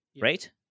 right